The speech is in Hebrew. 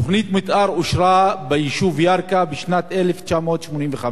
תוכנית מיתאר אושרה ביישוב ירכא בשנת 1985,